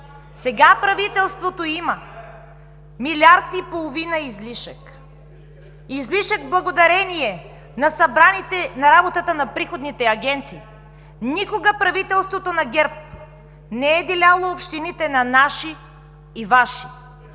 Сега правителството има 1,5 милиард излишък, излишък благодарение на работата на приходните агенции. Никога правителството на ГЕРБ не е деляло общините на наши и Ваши.